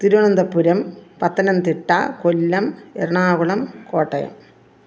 Thiruvananthapuram Pathanamthitta Kollam Ernakulam Kottayam